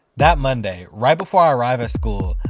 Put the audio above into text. that monday, right before i arrive at school,